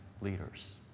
leaders